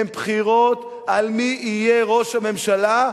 הן בחירות מי יהיה ראש הממשלה,